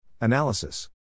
Analysis